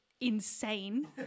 insane